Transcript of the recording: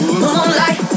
moonlight